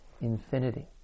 infinity